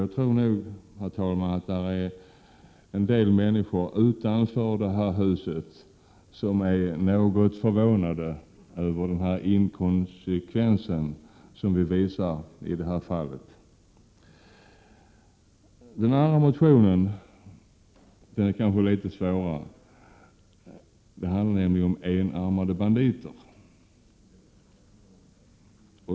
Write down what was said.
Jag tror nog, herr talman, att det finns en del människor utanför detta hus som är något förvånade över den inkonsekvens som visas i detta fall. Den andra motionen är kanske litet svårare. Den handlar nämligen om enarmade banditer.